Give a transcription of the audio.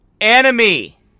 enemy